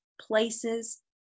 places